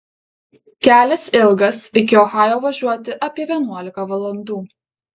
kelias ilgas iki ohajo važiuoti apie vienuolika valandų